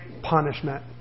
punishment